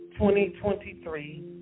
2023